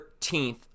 13th